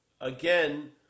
again